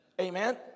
Amen